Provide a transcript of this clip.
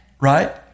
right